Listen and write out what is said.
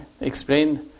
explain